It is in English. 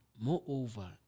moreover